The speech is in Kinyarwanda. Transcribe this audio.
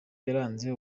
yaranze